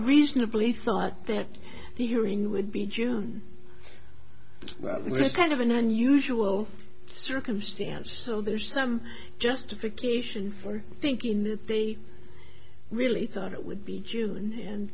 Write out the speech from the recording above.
reasonably thought that the hearing would be june it's kind of an unusual circumstance so there's some justification for thinking that they really thought it would be